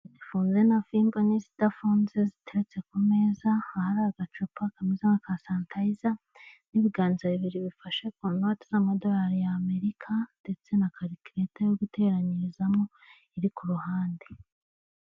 Zifunze na fimbo n'izidafunze ziteretse ku meza; ahari agacupa kameze nk'aka sanitayiza, n'ibiganza bibiri bifashe ku noti z'amadorari y'Amerika, ndetse na kalikireta iri ku ruhande.